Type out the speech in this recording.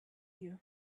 you